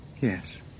Yes